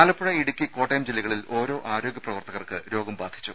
ആലപ്പുഴ ഇടുക്കി കോട്ടയം ജില്ലകളിൽ ഓരോ ആരോഗ്യ പ്രവർത്തകർക്ക് രോഗം ബാധിച്ചു